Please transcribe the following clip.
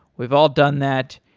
we've all done that,